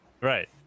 right